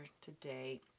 today